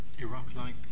Iraq-like